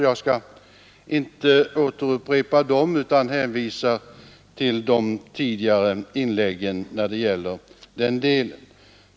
Jag skall inte upprepa dem utan hänvisar i den delen till de tidigare inläggen.